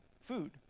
food